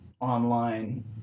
online